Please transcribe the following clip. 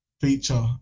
feature